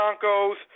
Broncos